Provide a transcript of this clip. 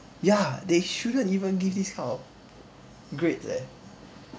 ya they shouldn't even give this kind of grades eh